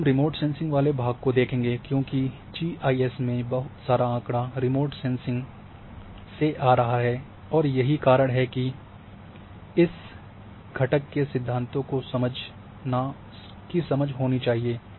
अब हम remote sensing वाले को भाग को देखेंगे क्यूँकि जीआईएस में बहुत सारा आँकड़ा रिमोट सेंसिंग से आ रहा है और यही कारण है कि इस घटक के सिद्धांतों की समझ होनी चाहिए